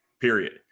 period